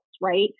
right